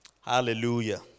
Hallelujah